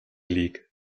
league